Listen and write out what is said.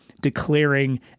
declaring